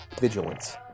Vigilance